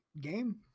game